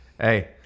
hey